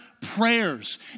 prayers